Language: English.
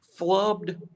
Flubbed